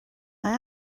mae